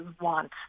want